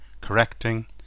correcting